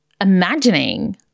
imagining